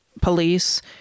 police